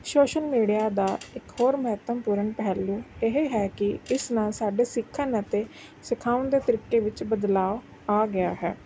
social media ਦਾ ਇੱਕ ਹੋਰ ਮਹੱਤਵਪੂਰਨ ਪਹਿਲੂ ਇਹ ਹੈ ਕਿ ਇਸ ਨਾਲ ਸਾਡੇ ਸਿੱਖਣ ਅਤੇ ਸਿਖਾਉਣ ਦੇ ਤਰੀਕੇ ਵਿੱਚ ਬਦਲਾਅ ਆ ਗਿਆ ਹੈ